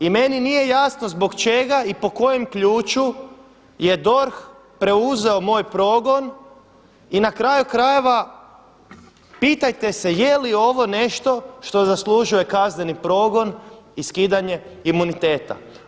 I meni nije jasno zbog čega i po kojem ključu je DORH preuzeo moj progon i na kraju krajeva pitajte se je li ovo nešto što zaslužuje kazneni progon i skidanje imuniteta.